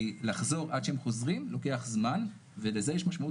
עד שהם חוזרים לוקח זמן ולזה יש משמעות